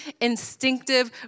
instinctive